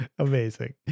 Amazing